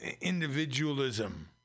individualism